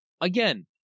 again